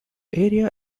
area